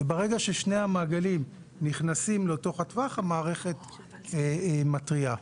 וברגע ששני המעגלים נכנסים לאותו הטווח המערכת מתריעה.